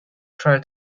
try